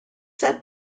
said